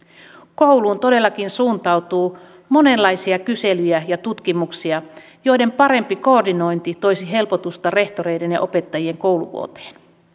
kouluun todellakin suuntautuu monenlaisia kyselyjä ja tutkimuksia joiden parempi koordinointi toisi helpotusta rehtoreiden ja opettajien kouluvuoteen